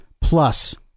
plus